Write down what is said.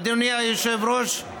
אדוני היושב-ראש,